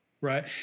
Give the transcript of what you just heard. right